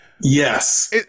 Yes